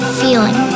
feeling